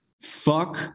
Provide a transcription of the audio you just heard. fuck